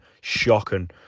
shocking